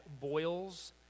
boils